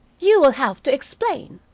you will have to explain,